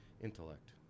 intellect